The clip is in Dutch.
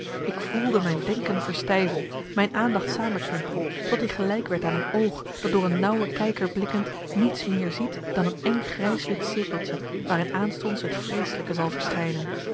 ik voelde mijn denken verstijven mijn aandacht samenkrimpen tot i gelijk werd aan een oog dat door een nauwe kijker blikkend niets meer ziet dan een eng grijswit cirkeltje waarin aanstonds het vreeselijke zal verschijnen